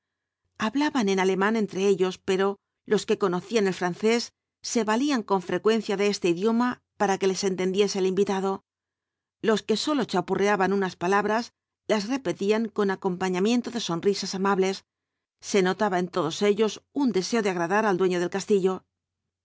hablaban en alemán entre ellos pero los que conocían el francés se valían con frecuencia de este idioma para que les entendiese el invitado jos ue sólo chapurreaban unas palabras las repetían con acompañamiento de sonrisas amables se notaba en todos ellos un deseo de agradar al dueño del castillo